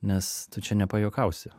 nes tu čia nepajuokausi